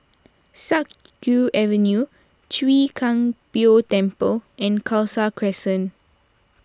Siak Kew Avenue Chwee Kang Beo Temple and Khalsa Crescent